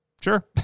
Sure